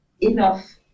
enough